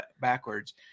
backwards